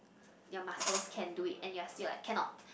your muscles can do it and you're still like cannot